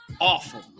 awful